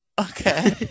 Okay